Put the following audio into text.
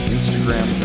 Instagram